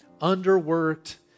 underworked